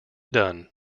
done